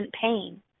pain